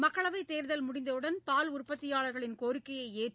மக்களவைத் தேர்தல் முடிந்தவுடன் பால் உற்பத்தியாளர்களின் கோரிக்கையை ஏற்று